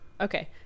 okay